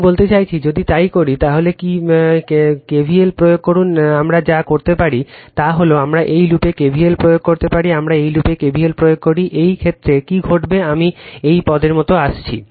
আমি বলতে চাচ্ছি যদি তাই করি তাহলে কি কল KVL প্রয়োগ করুন আমরা যা করতে পারি তা হল আমরা এই লুপে KVL প্রয়োগ করতে পারি আমরা এই লুপে KVL প্রয়োগ করি এই ক্ষেত্রে কী ঘটবে আমি এই পদের মতো আসছি